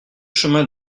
chemin